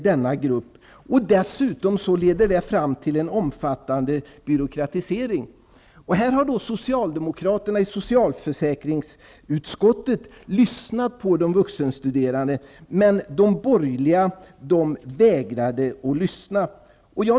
Det leder dessutom fram till en omfattande byråkratisering. Här har socialdemokraterna i socialförsäkringsutskottet lyssnat på de vuxenstuderande, men de borgerliga vägrade att lyssna.